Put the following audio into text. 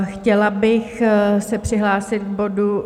Chtěla bych se přihlásit k bodu